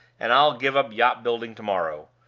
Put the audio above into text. and i'll give up yacht-building to-morrow.